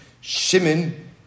Shimon